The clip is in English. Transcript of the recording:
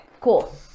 cool